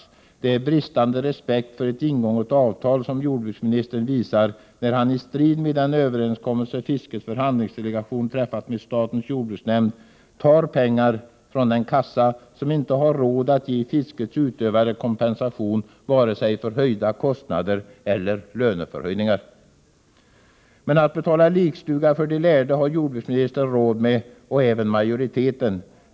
Jordbruksministern visar bristande respekt för ett ingånget avtal när han, i strid med den överenskommelsen som fiskets förhandlingsdelegation träffat med statens jordbruksnämnd, tar pengar från den kassa vars tillgångar är så små att man inte har råd att ge fiskets utövare kompensation, varken för höjda kostnader eller för löneökningar. Men att betala en lekstuga för de lärde har jordbruksministern råd med — och även utskottsmajoriteten.